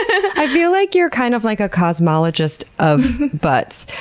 i feel like you're kind of like a cosmologist of butts.